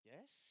Yes